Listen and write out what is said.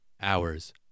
hours